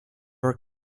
are